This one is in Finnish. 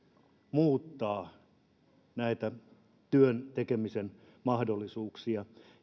muuttaa työn tekemisen mahdollisuuksia